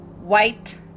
white